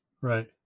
Right